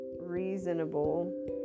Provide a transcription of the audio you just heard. reasonable